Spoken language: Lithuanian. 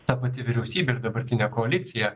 ta pati vyriausybė ir dabartinė koalicija